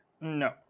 No